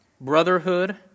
brotherhood